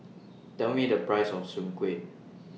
Tell Me The Price of Soon Kuih